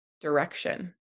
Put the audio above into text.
direction